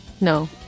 No